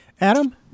Adam